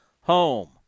home